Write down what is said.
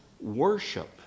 worship